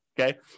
Okay